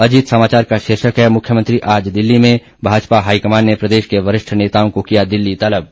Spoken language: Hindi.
अजीत समाचार का शीर्षक है मुख्यमंत्री आज दिल्ली में भाजपा हाईकमान ने प्रदेश के वरिष्ठ नेताओं को किया दिल्ली तलब